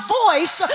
voice